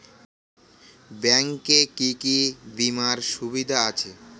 Bank এ কি কী বীমার সুবিধা আছে?